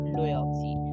loyalty